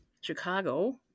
Chicago